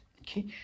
Okay